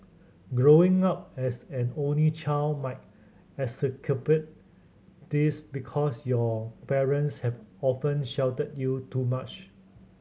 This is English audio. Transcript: growing up as an only child might exacerbate this because your parents have often sheltered you too much